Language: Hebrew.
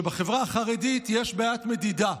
שבחברה החרדית יש בעיית מדידה.